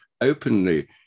openly